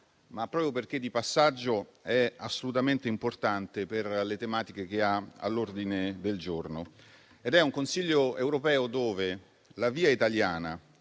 ma proprio perché di passaggio è assolutamente importante per le tematiche che ha all'ordine del giorno. È un Consiglio europeo dove la via italiana